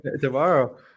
tomorrow